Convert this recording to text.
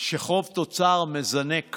שחוב תוצר מזנק